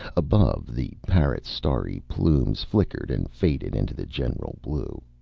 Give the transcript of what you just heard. above, the parrot's starry plumes flickered and faded into the general blue.